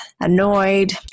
annoyed